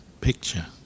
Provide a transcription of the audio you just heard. picture